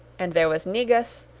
and there was negus,